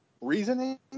reasoning